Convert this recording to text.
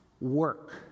work